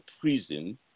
prison